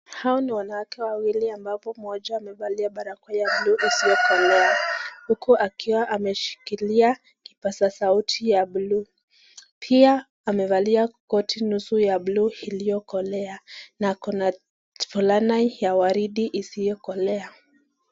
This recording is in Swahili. Hao ni wanawake wawili ambapo mmoja amevalia barakoa ya buluu isiokolea uku akiwa ameshikilia kipaza sauti ya buluu. Pia amevalia koti nusu ya buluu iliokolea na akona fulana ya waridi isiokolea.